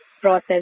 process